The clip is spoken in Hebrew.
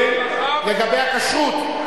לגבי הכשרות?